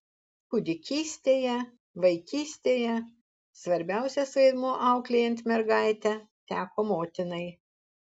kūdikystėje vaikystėje svarbiausias vaidmuo auklėjant mergaitę teko motinai